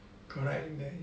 correct then